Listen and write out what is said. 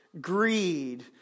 greed